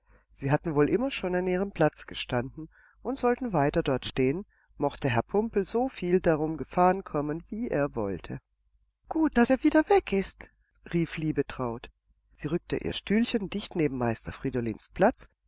sie hatten wohl immer schon an ihrem platz gestanden und sollten weiter dort stehen mochte herr pumpel so viel darum gefahren kommen wie er wollte gut daß er wieder weg ist rief liebetraut sie rückte ihr stühlchen dicht neben meister friedolins platz